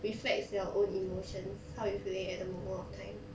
reflects your own emotions how you're feeling at the moment of time